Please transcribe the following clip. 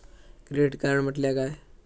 Credit card म्हटल्या काय?